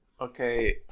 Okay